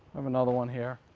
um another one here.